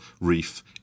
reef